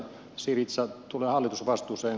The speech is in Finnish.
syriza tulee hallitusvastuuseen